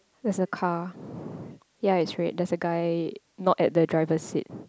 there's a car yea it's red there's a guy not at the driver seat